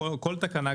כל תקנה,